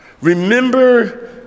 Remember